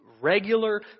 regular